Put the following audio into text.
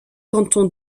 cantons